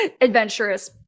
adventurous